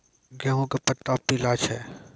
गेहूँ के पत्ता पीला छै?